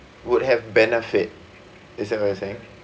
would have benefit is that what you saying